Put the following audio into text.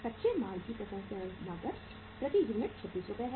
कच्चे माल की प्रसंस्करण लागत प्रति यूनिट 36रु है